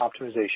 optimization